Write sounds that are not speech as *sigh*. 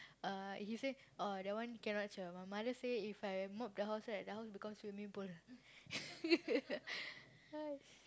uh he say oh that one cannot cher my mother say if I mop the house right the house become swimming pool *laughs*